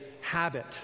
habit